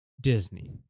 Disney